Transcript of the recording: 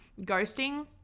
ghosting